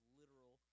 literal